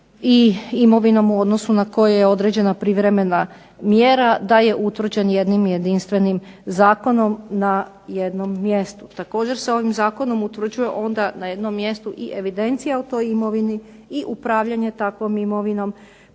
i imovinom u odnosu na koju je određena privremena mjera, da je utvrđen jednim jedinstvenim zakonom na jednom mjestu. Također se ovim zakonom utvrđuje na jednom mjestu evidencija o toj imovini i upravljanje takvom imovinom,